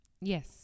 Yes